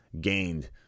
gained